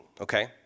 okay